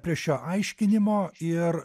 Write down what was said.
prie šio aiškinimo ir